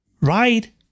Right